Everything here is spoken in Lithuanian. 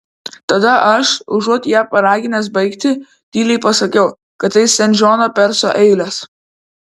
tada aš užuot ją paraginęs baigti tyliai pasakiau kad tai sen džono perso eilės